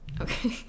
okay